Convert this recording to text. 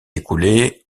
écoulé